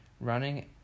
running